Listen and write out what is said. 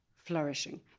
Flourishing